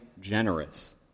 generous